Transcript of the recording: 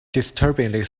disturbingly